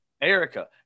Erica